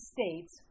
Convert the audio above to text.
States